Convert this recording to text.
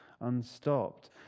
unstopped